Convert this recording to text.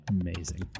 Amazing